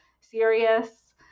serious